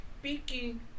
speaking